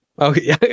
okay